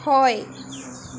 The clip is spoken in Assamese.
হয়